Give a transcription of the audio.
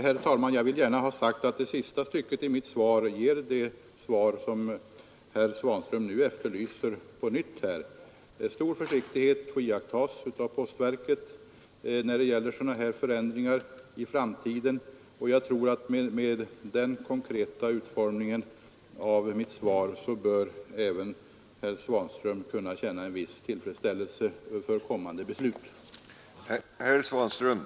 Herr talman! Jag vill gärna ha sagt att sista stycket i mitt svar ger det besked som herr Svanström nu efterlyser på nytt. Postverket får iaktta stor försiktighet när det gäller sådana här förändringar i framtiden. Jag tror att med den konkreta utformningen av mitt svar bör även herr Nr 68 Svanström kunna känna en viss förtröstan inför kommande beslut. Torsdagen den